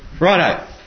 Righto